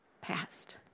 passed